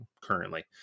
currently